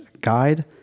guide